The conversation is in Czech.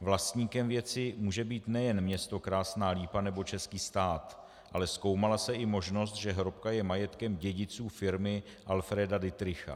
Vlastníkem věci může být nejen město Krásná Lípa nebo český stát, ale zkoumala se i možnost, že hrobka je majetkem dědiců firmy Alfreda Dittricha.